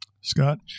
Scott